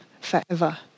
forever